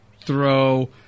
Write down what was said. throw